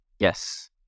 Yes